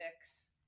fix